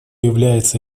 является